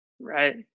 Right